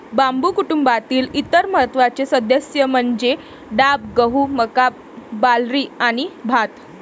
बांबू कुटुंबातील इतर महत्त्वाचे सदस्य म्हणजे डाब, गहू, मका, बार्ली आणि भात